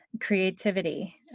creativity